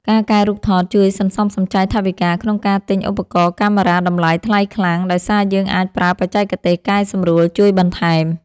ការកែរូបថតជួយសន្សំសំចៃថវិកាក្នុងការទិញឧបករណ៍កាមេរ៉ាតម្លៃថ្លៃខ្លាំង ដោយសារយើងអាចប្រើបច្ចេកទេសកែសម្រួលជួយបន្ថែម។